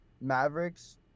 Mavericks